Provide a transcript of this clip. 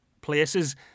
places